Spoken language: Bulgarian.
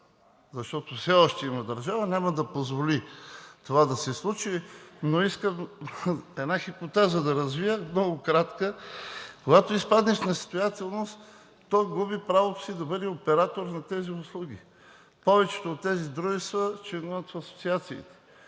защото все още има държава, няма да позволи това да се случи. Но искам да развия една много кратка хипотеза – когато изпадне в несъстоятелност, то губи правото си да бъде оператор на тези услуги. Повечето от тези дружества членуват в асоциациите,